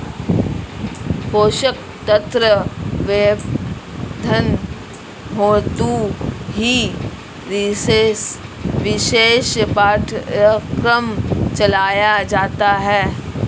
पोषक तत्व प्रबंधन हेतु ही विशेष पाठ्यक्रम चलाया जाता है